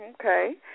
Okay